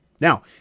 Now